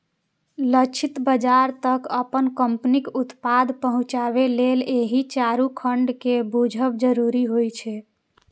लक्षित बाजार तक अपन कंपनीक उत्पाद पहुंचाबे लेल एहि चारू खंड कें बूझब जरूरी होइ छै